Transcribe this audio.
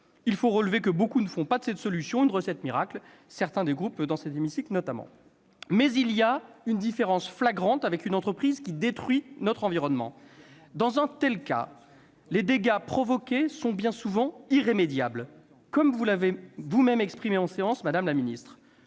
Il faut relever que beaucoup ne font pas de cette solution une recette miracle ; je pense à certains collègues d'autres groupes. Mais il y a une différence flagrante avec une entreprise qui détruit notre environnement. Dans un tel cas, les dégâts provoqués sont bien souvent irrémédiables, comme vous l'avez vous-même fait remarquer en séance, madame la ministre.